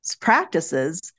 practices